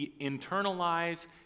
internalize